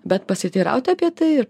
bet pasiteirauti apie tai ir